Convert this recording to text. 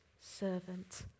servant